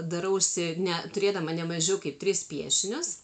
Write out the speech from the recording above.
darausi ne turėdama nemažiau kaip tris piešinius